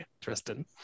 Tristan